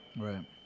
Right